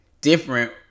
different